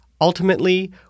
Ultimately